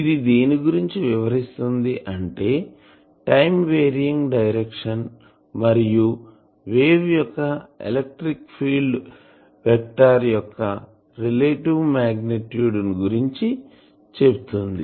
ఇది దేని గురించి వివరిస్తుంది అంటే టైం వేరియింగ్ డైరెక్షన్ మరియు వేవ్ యొక్క ఎలక్ట్రిక్ ఫీల్డ్ వెక్టార్ యొక్క రిలెటివ్ మాగ్నిట్యూడ్ ని గురించి చెప్తుంది